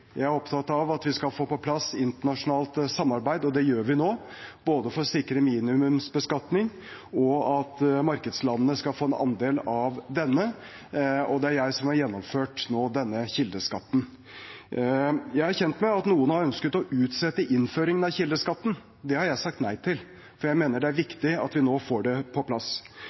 Jeg er opptatt av at vi skal få på plass et internasjonalt samarbeid, og det gjør vi nå – både for å sikre minimumsbeskatning og for at markedslandene skal få en andel av denne – og det er jeg som har gjennomført denne kildeskatten. Jeg er kjent med at noen har ønsket å utsette innføringen av kildeskatten. Det har jeg sagt nei til. Jeg mener det er viktig at vi nå får den på plass.